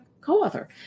co-author